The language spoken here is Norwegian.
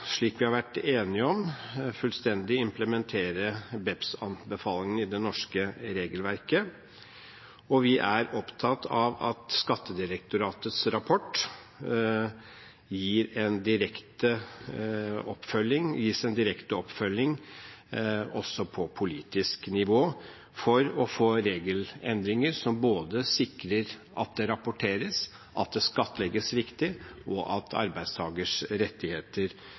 implementere BEPS-anbefalingene i det norske regelverket, og vi er opptatt av at Skattedirektoratets rapport gis en direkte oppfølging også på politisk nivå for å få regelendringer som både sikrer at det rapporteres, at det skattlegges riktig, og at arbeidstakers rettigheter